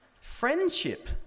Friendship